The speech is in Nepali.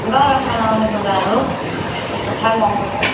गरममा लगाउने लुगाहरू यस्तो ठन्डा लुगा